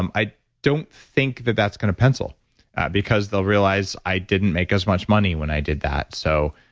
um i don't think that, that's going to pencil because they'll realize, i didn't make as much money when i did that. so,